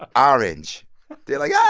orange they're like. yeah